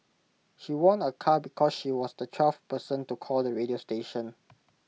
she won A car because she was the twelfth person to call the radio station